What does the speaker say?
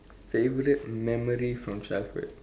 favourite memory from childhood